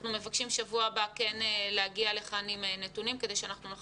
אנחנו מבקשים בשבוע הבא להגיע לכאן עם נתונים כדי שאנחנו נוכל